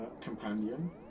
companion